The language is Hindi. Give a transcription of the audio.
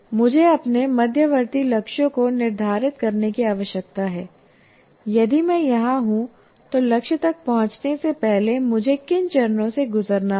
मुझे अपने मध्यवर्ती लक्ष्यों को निर्धारित करने की आवश्यकता है यदि मैं यहां हूं तो लक्ष्य तक पहुंचने से पहले मुझे किन चरणों से गुजरना होगा